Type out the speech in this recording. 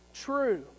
true